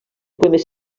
poemes